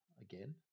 again